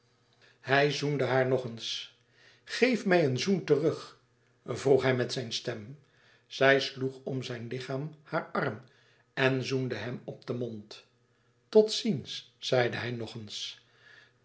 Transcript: hij zoende haar nog eens geef mij een zoen terug vroeg hij met zijn stem zij sloeg om zijn lichaam haar arm en zoende hem op den mond tot ziens zeide hij nog eens